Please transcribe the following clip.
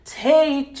take